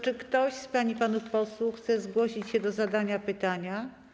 Czy ktoś z pań i panów posłów chce zgłosić się do zadania pytania?